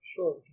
Sure